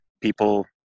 people